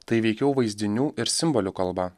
tai veikiau vaizdinių ir simbolių kalba